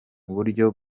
buryo